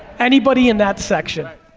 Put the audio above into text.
anybody in that section.